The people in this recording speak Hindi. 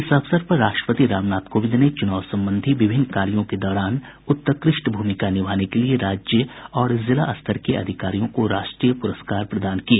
इस अवसर पर राष्ट्रपति रामनाथ कोविंद ने चुनाव संबंधी विभिन्न कार्यों के दौरान उत्कृष्ट भूमिका निभाने के लिए राज्य और जिला स्तर के अधिकारियों को राष्ट्रीय पुरस्कार प्रदान किए